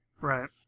right